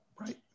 Right